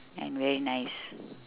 and very nice